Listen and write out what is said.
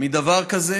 מדבר כזה